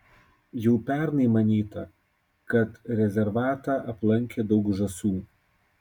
jau pernai manyta kad rezervatą aplankė daug žąsų